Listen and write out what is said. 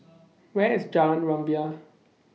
Where IS Jalan Rumbia